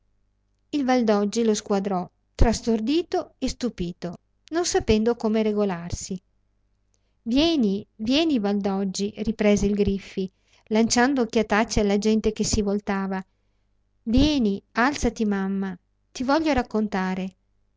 buono il valdoggi lo squadrò tra stordito e stupito non sapendo come regolarsi vieni vieni valdoggi riprese il griffi lanciando occhiatacce alla gente che si voltava vieni alzati mamma ti voglio raccontare